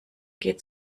geht